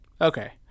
Okay